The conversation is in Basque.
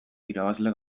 irabazle